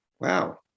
Wow